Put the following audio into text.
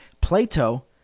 Plato